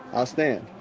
i'll stand.